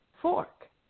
fork